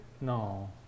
No